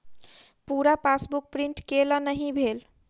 पूरा passbook print केल नहि भेल